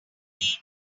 these